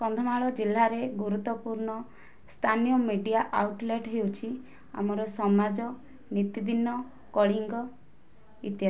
କନ୍ଧମାଳ ଜିଲ୍ଲାରେ ଗୁରୁତ୍ୱପୂର୍ଣ୍ଣ ସ୍ଥାନୀୟ ମିଡ଼ିଆ ଆଉଟ୍ଲେଟ୍ ହେଉଛି ଆମର ସମାଜ ନିତିଦିନ କଳିଙ୍ଗ ଇତ୍ୟାଦି